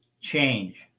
change